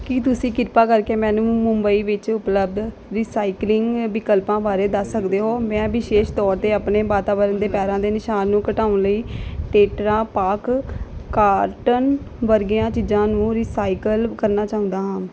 ਕੀ ਤੁਸੀਂ ਕਿਰਪਾ ਕਰਕੇ ਮੈਨੂੰ ਮੁੰਬਈ ਵਿੱਚ ਉਪਲਬਧ ਰੀਸਾਈਕਲਿੰਗ ਵਿਕਲਪਾਂ ਬਾਰੇ ਦੱਸ ਸਕਦੇ ਹੋ ਮੈਂ ਵਿਸ਼ੇਸ਼ ਤੌਰ 'ਤੇ ਆਪਣੇ ਵਾਤਾਵਰਨ ਦੇ ਪੈਰਾਂ ਦੇ ਨਿਸ਼ਾਨ ਨੂੰ ਘਟਾਉਣ ਲਈ ਟੇਟਰਾ ਪਾਕ ਕਾਰਟਨ ਵਰਗੀਆਂ ਚੀਜ਼ਾਂ ਨੂੰ ਰੀਸਾਈਕਲ ਕਰਨਾ ਚਾਹੁੰਦਾ ਹਾਂ